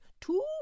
Two